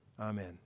Amen